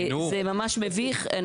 זה ממש מביך.